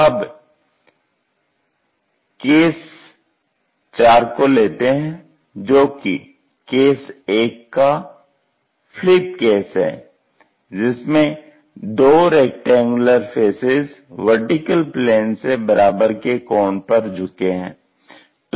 अब केस 4 को लेते हैं जो कि केस 1 का फ्लिप केस है जिसमें दो रेक्टेंगुलर फेसेज VP से बराबर के कोण पर झुके हैं